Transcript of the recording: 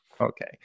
Okay